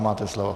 Máte slovo.